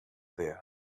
there